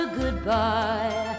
goodbye